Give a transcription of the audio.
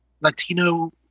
Latino